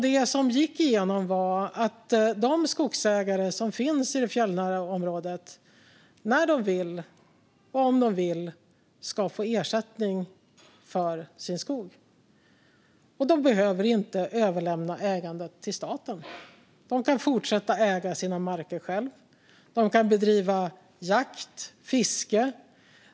Det som gick igenom var att de skogsägare som finns i det fjällnära området om och när de vill ska få ersättning för sin skog, och de behöver inte överlämna ägandet till staten. De kan fortsätta att äga sina marker själva. De kan bedriva jakt och fiske.